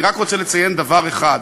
אני רק רוצה לציין דבר אחד,